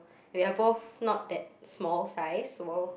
we are both not that small size so